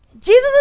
Jesus